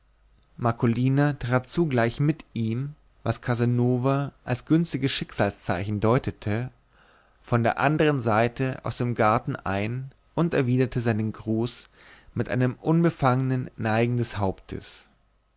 marcolina trat zugleich mit ihm was casanova als günstiges schicksalszeichen deutete von der andern seite aus dem garten ein und erwiderte seinen gruß mit einem unbefangenen neigen des hauptes